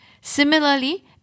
Similarly